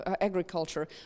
agriculture